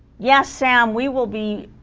yes sam we will be